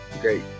great